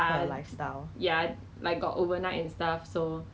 那些 you know healthcare heroes like nurse doctors